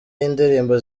y’indirimbo